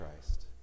Christ